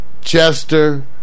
Chester